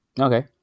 Okay